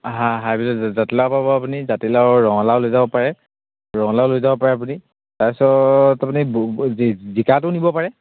হাইব্ৰীডৰ জাতিলাও পাব আপুনি জাতিলাও ৰঙালাও লৈ যাব পাৰে ৰঙালাও লৈ যাব পাৰে আপুনি তাৰপিছত আপুনি জিকাটো নিব পাৰে